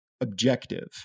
objective